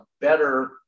better